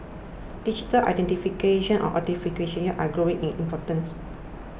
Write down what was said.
digital identification and authentication are growing in importance